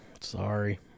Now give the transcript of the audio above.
Sorry